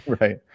Right